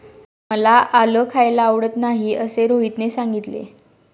मला आलं खायला आवडत नाही असे रोहितने सांगितले